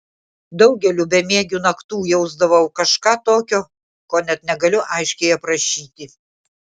daugeliu bemiegių naktų jausdavau kažką tokio ko net negaliu aiškiai aprašyti